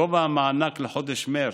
גובה המענק לחודש מרץ: